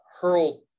hurl